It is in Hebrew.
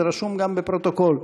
זה רשום גם בפרוטוקול.